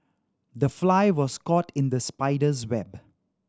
the fly was caught in the spider's web